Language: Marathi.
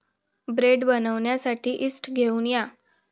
ब्रेड बनवण्यासाठी यीस्ट घेऊन या